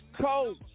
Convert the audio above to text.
coach